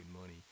money